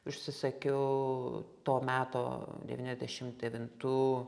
užsisakiau to meto devyniasdešim devintų